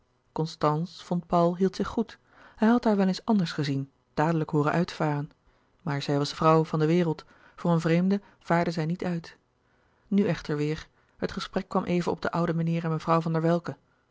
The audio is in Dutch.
vond paul hield zich goed hij had haar wel eens anders gezien dadelijk hooren uitvaren maar zij was vrouw van de wereld voor een vreemde vaarde zij niet uit nu echter weêr het gesprek kwam even op den ouden meneer en mevrouw van der welcke